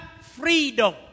freedom